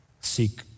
seek